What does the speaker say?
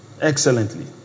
excellently